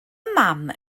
mam